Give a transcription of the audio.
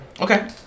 Okay